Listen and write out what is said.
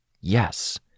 Yes